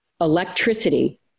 electricity